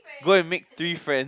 go and make three friends